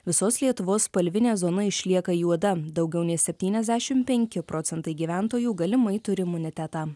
visos lietuvos spalvinė zona išlieka juoda daugiau nei septyniasdešim penki procentai gyventojų galimai turi imunitetą